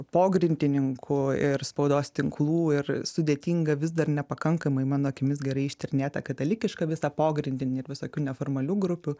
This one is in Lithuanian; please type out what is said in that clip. pogrindininkų ir spaudos tinklų ir sudėtingą vis dar nepakankamai mano akimis gerai ištyrinėtą katalikišką visą pogrindį ir visokių neformalių grupių